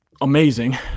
amazing